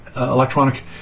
electronic